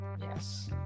yes